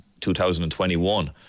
2021